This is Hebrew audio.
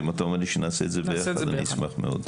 אם אתה אומר לי שנעשה את זה ביחד אני אשמח מאוד.